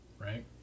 right